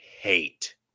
hate